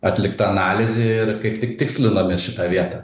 atlikta analizė ir kaip tik tikslinamės šitą vietą